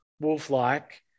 wolf-like